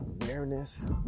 Awareness